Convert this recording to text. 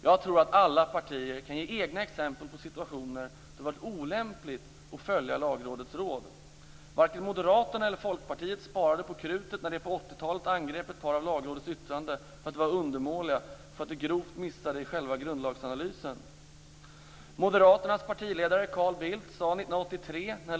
Jag tror att alla partier kan ge egna exempel på situationer där det har varit olämpligt att följa Lagrådets råd. Varken Moderaterna eller Folkpartiet sparade på krutet när de på 80-talet angrep att par av Lagrådets yttranden för att vara undermåliga och för att grovt missa i själva grundlagsanalysen.